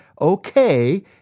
okay